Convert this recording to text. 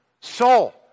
soul